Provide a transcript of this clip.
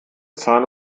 zahn